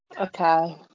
okay